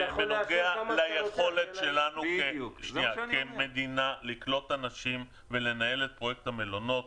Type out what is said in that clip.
בנוגע ליכולת שלנו כמדינה לקלוט אנשים ולנהל את פרויקט המלונות.